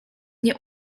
nie